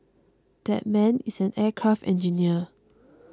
that man is an aircraft engineer